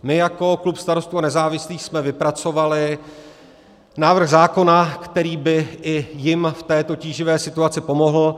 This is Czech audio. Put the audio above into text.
My jako klub Starostů a nezávislých jsme vypracovali návrh zákona, který by i jim v této tíživé situaci pomohl.